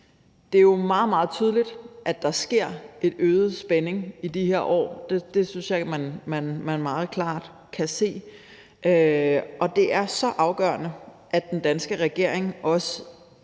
Det er jo meget, meget tydeligt, at der sker en øget spænding i de her år, og det synes jeg man meget klart kan se, og det er så afgørende, at den danske regering også